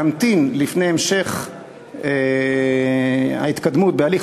להמתין לפני המשך ההתקדמות בהליך